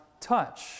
Touch